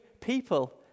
people